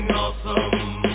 awesome